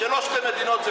שלא שתי מדינות זה